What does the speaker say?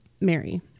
Mary